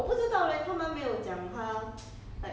you cannot app~ cannot appeal ah